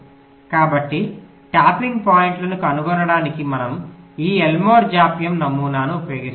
కాబట్టి ట్యాపింగ్ పాయింట్లను కనుగొనడానికి మనము ఈ ఎల్మోర్ జాప్యం నమూనాను ఉపయోగిస్తాము